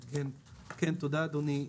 תודה, אדוני.